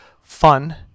fun